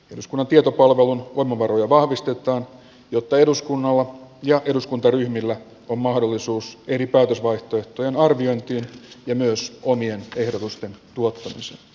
eduskunnan tietopalvelun voimavaroja vahvistetaan jotta eduskunnalla ja eduskuntaryhmillä on mahdollisuus eri päätösvaihtoehtojen arviointiin ja myös omien ehdotusten tuottamiseen